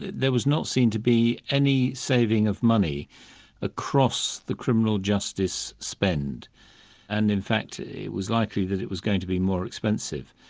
there was not seen to be any saving of money across the criminal justice spend and in fact it was likely that it was going to be more expensive.